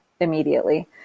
immediately